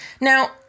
Now